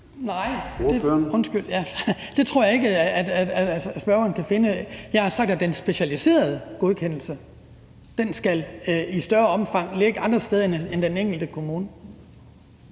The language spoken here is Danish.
(DD): Det tror jeg ikke spørgeren kan finde eksempler på. Jeg har sagt, at den specialiserede godkendelse i større omfang skal ligge andre steder end i den enkelte kommune.